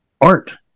art